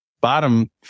Bottom